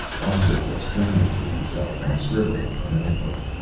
arthur was frowning to himself and scribbling in a note-book.